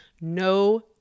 no